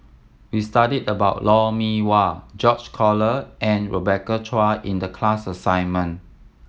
we studied about Lou Mee Wah George Collyer and Rebecca Chua in the class assignment